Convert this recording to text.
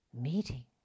meeting